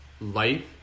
life